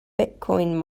bitcoin